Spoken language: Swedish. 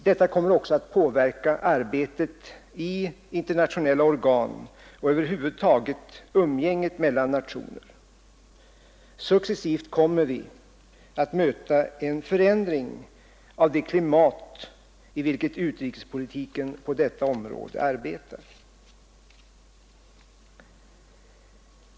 Detta kommer också att påverka arbetet i internationella organ och över huvud taget umgänget mellan nationer. Successivt kommer vi att möta en förändring av det klimat i vilket utrikespolitiken på detta område arbetar.